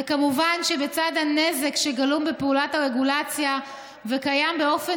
וכמובן שבצד הנזק שגלום בפעולת הרגולציה וקיים באופן